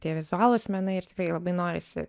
tie vizualūs menai ir tikrai labai norisi